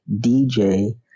DJ